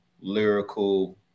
lyrical